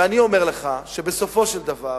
ואני אומר לך שבסופו של דבר